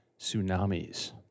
tsunamis